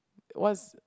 what's